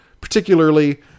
particularly